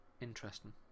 interesting